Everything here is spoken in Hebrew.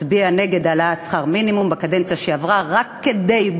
הצביע נגד העלאת שכר המינימום בקדנציה שעברה בממשלה,